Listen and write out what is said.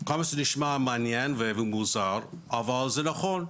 כמה שזה נשמע מעניין ומוזר אבל זה נכון,